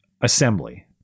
assembly